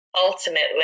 ultimately